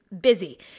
busy